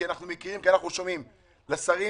כי אנחנו שומעים לשרים.